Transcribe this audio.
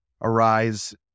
arise